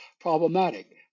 problematic